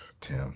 Tim